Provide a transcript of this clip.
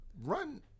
run